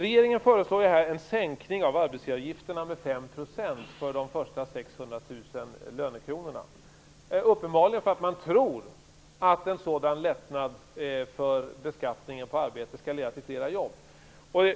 Regeringen föreslår en sänkning av arbetsgivaravgifterna med 5 % för de första 600 000 lönekronorna, uppenbarligen för att man tror att en sådan lättnad i beskattningen på arbete skall leda till fler jobb.